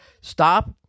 stop